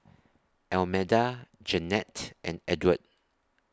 Almeda Jennette and Edward